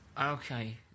okay